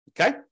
Okay